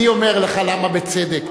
אני אומר לך למה בצדק,